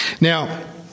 Now